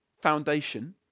foundation